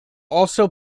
also